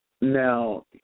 Now